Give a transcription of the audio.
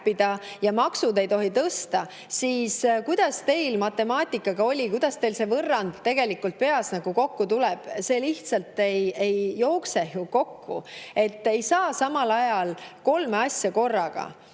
ja makse ei tohi tõsta – kuidas teil matemaatikaga on? Kuidas teil see võrrand tegelikult peas kokku tuleb? See lihtsalt ei jookse ju kokku. Ei saa kolme asja korraga: